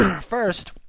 first